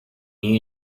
new